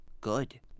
good